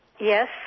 Yes